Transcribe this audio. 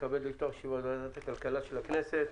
אני מתכבד לפתוח את ישיבת ועדת הכלכלה של הכנסת.